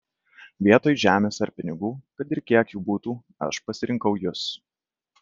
vietoj žemės ar pinigų kad ir kiek jų būtų aš pasirinkau jus